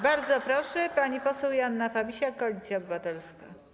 Bardzo proszę, pani poseł Joanna Fabisiak, Koalicja Obywatelska.